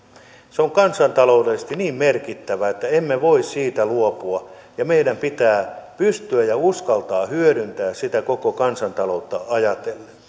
se on kansantaloudellisesti niin merkittävä että emme voi siitä luopua ja meidän pitää pystyä ja uskaltaa hyödyntää sitä koko kansantaloutta ajatellen